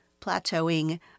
plateauing